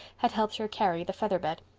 had helped her carry the feather bed.